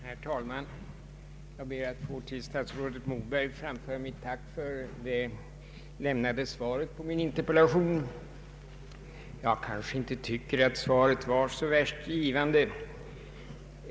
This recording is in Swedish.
Herr talman! Jag ber att till statsrådet Moberg få framföra mitt tack för svaret på min interpellation. Jag tycker inte att svaret var särskilt givande.